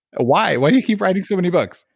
ah why why do you keep writing so many books?